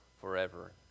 forever